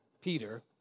Peter